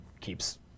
keeps